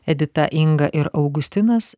edita inga ir augustinas